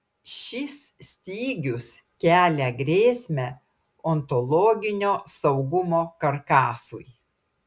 šis stygius kelia grėsmę ontologinio saugumo karkasui